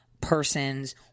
persons